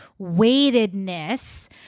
weightedness